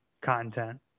content